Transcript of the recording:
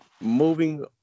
Moving